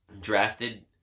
drafted